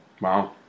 Wow